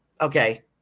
Okay